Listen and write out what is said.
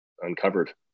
uncovered